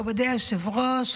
מכובדי היושב-ראש,